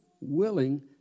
willing